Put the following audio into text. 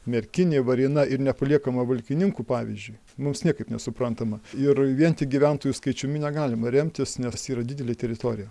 merkinė varėna ir nepaliekama valkininkų pavyzdžiui mums niekaip nesuprantama ir vien tik gyventojų skaičiumi negalima remtis nes yra didelė teritorija